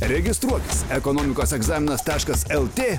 registruokis ekonomikos egzaminas taškas el tė